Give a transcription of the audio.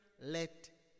let